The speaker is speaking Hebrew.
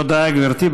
תודה, גברתי.